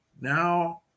Now